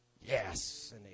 yes